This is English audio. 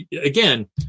again